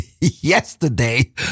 yesterday